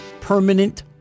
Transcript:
permanent